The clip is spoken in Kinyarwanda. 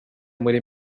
muri